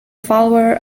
follower